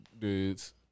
dudes